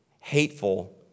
hateful